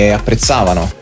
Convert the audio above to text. apprezzavano